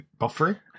buffering